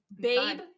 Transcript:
babe